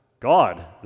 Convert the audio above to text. God